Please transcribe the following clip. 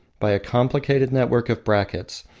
by a complicated network of brackets,